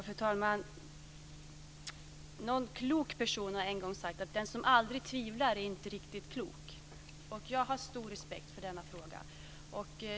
Fru talman! Någon klok person har en gång sagt att den som aldrig tvivlar är inte riktigt klok. Jag har stor respekt för denna fråga.